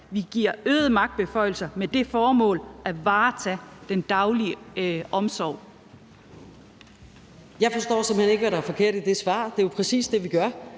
vi giver øgede magtbeføjelser med det formål at varetage den daglige omsorg.